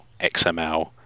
XML